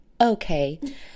okay